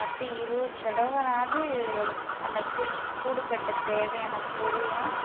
பத்து இருபது தடவைனாது அது அந்த கூ கூடு கட்ட தேவையான பொருள்லாம்